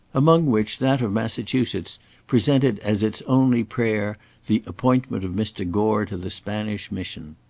among which that of massachusetts presented as its only prayer the appointment of mr. gore to the spanish mission.